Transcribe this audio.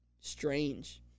strange